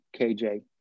KJ